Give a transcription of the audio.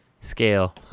scale